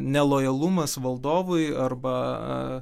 nelojalumas valdovui arba